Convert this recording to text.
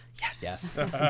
Yes